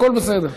הכול בסדר.